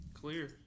Clear